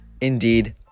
indeed